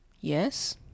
Yes